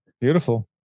Beautiful